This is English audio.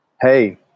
hey